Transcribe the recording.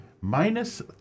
minus